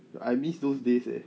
I miss those days leh